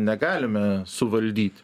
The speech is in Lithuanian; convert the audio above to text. negalime suvaldyti